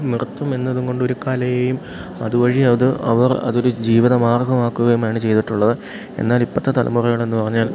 നൃത്തം എന്നതും കൊണ്ടൊരു കലയെയും അതുവഴി അത് അവർ അതൊരു ജീവിത മാർഗ്ഗമാക്കുകയുമാണ് ചെയ്തിട്ടുള്ളത് എന്നാൽ ഇപ്പോഴത്തെ തലമുറകൾ എന്നു പറഞ്ഞാൽ